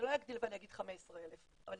לא אגדיל ואומר 15,000 כי